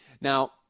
Now